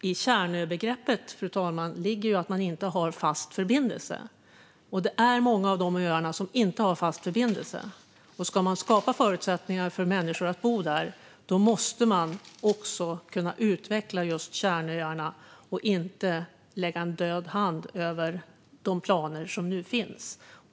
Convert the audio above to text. I begreppet kärnö ligger att det inte finns någon fast förbindelse, fru talman, och det är många av dessa öar som inte har fast förbindelse. Ska man skapa förutsättningar för människor att bo där måste man kunna utveckla just kärnöarna och inte lägga en död hand över de planer som nu finns.